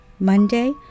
Monday